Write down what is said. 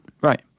Right